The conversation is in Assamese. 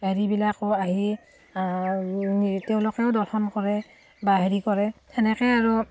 হেৰিবিলাকো আহি তেওঁলোকেও দৰ্শন কৰে বা হেৰি কৰে সেনেকৈয়ে আৰু